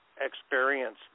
experience